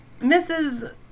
Mrs